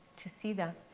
to see that?